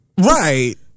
Right